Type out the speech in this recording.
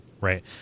right